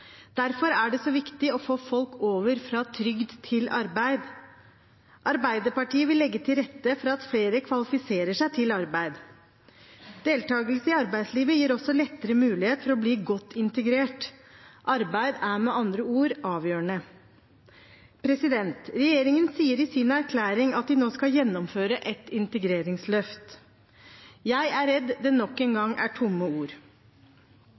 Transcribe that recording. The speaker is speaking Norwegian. Derfor er det så viktig å få folk over fra trygd til arbeid. Arbeiderpartiet vil legge til rette for at flere kvalifiserer seg for arbeid. Deltakelse i arbeidslivet gir også lettere mulighet for å bli godt integrert. Arbeid er med andre ord avgjørende Regjeringen sier i sin erklæring at de nå skal gjennomføre et integreringsløft. Jeg er redd det nok en gang er tomme ord.